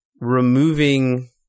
removing